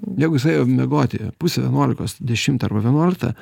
jeigu jisai ėjo miegoti pusę vienuolikos dešimtą arba vienuoliktą